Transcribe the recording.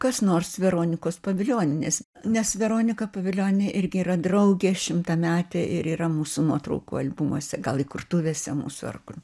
kas nors veronikos povilionienės nes veronika povilionienė irgi yra draugė šimtametė ir yra mūsų nuotraukų albumuose gal įkurtuvėse mūsų ar kur